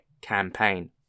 Campaign